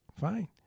fine